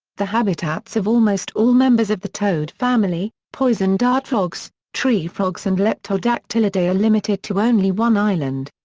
the habitats of almost all members of the toad family, poison dart frogs, tree frogs and leptodactylidae are limited to only one island.